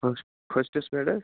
فٔرسٹَس پٮ۪ٹھ حظ